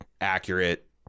accurate